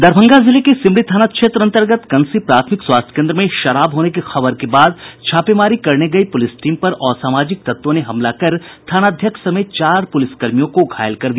दरभंगा जिले के सिमरी थाना क्षेत्र अन्तर्गत कंसी प्राथमिक स्वास्थ्य केन्द्र में शराब होने की खबर के बाद छापेमारी करने गयी पुलिस टीम पर असामाजिक तत्वों ने हमला कर थानाध्यक्ष समेत चार पूलिसकर्मियों को घायल कर दिया